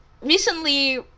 recently